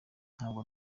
ntabwo